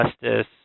justice